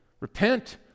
repent